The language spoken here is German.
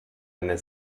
eine